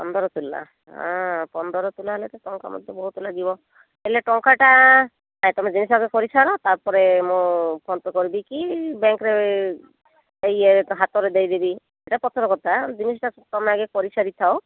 ପନ୍ଦର ପିଲା ଅ ପନ୍ଦର ପିଲା ହେଲେ ଟଙ୍କା ମତେ ବହୁତ ଲାଗିବ ହେଲେ ଟଙ୍କାଟା ନାହିଁ ତମେ ଜିନିଷ ଆଗ କରିସାର ତା'ପରେ ମୁଁ ଫୋନ୍ ପେ କରିବି କି ବ୍ୟାଙ୍କରେ ଇଏରେ ହାତରେ ଦେଇଦେବି ସେଇଟା ପଛର କଥା ଜିନିଷଟା ତମେ ଆଗ କରିସାରି ଥାଉ